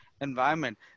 environment